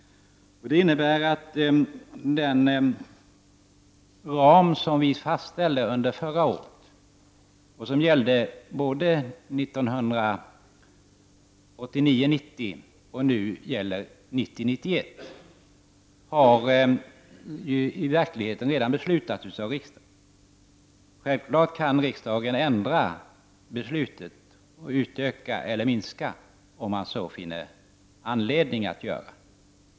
Det innebär att den ram som fastställdes under förra året och som gällde både för 1989 91 har i verkligheten redan beslutats av riksdagen. Självfallet kan riksdagen ändra beslutet och utöka eller minska om man så finner anledning att göra.